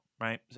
right